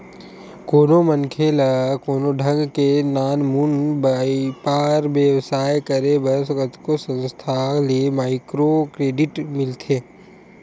कोनो मनखे ल कोनो ढंग ले नानमुन बइपार बेवसाय करे बर कतको संस्था ले माइक्रो क्रेडिट मिलथे